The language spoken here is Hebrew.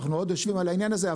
אנחנו עוד יושבים על העניין הזה,